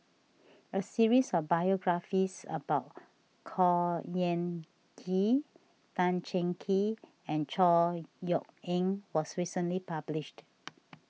a series of biographies about Khor Ean Ghee Tan Cheng Kee and Chor Yeok Eng was recently published